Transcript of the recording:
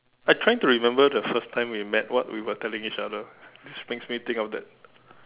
I trying to remember the first time we met what we were telling each other this makes me think of that